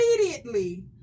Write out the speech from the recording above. immediately